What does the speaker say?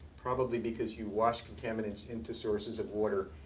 probably because you wash contaminants into sources of water,